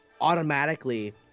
automatically